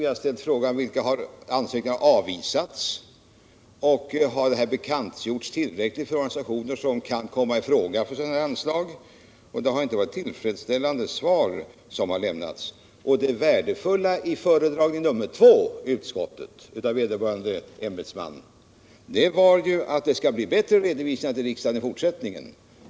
Vi har ställt frågor om vilka ansökningar som har avvisats och om denna bidragsmöjlighet har bekantgjorts tillräckligt för de organisationer som kan komma i fråga, och de svar som lämnats har inte varit tillfredsställande. Det värdefulla i föredragning nummer två i utskottet av vederbörande ämbetsman var beskedet att det skulle bli bättre redovisningar till riksdagen i fortsättningen.